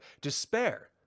despair